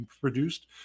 produced